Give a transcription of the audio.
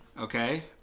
Okay